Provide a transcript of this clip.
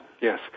yes